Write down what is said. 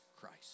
Christ